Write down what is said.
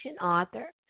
author